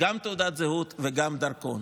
גם תעודת זהות וגם דרכון.